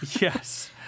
Yes